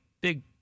big